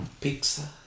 Pizza